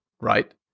right